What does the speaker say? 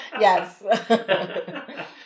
Yes